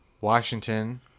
Washington